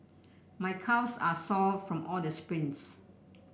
my calves are sore from all the sprints